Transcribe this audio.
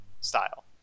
style